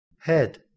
head